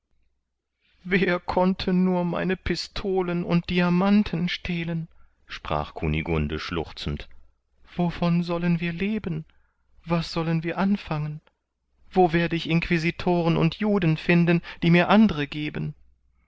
wer konnte nur meine pistolen und diamanten stehlen sprach kunigunde schluchzend wovon sollen wir leben was sollen wir anfangen wo werd ich inquisitoren und juden finden die mir andere geben